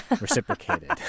reciprocated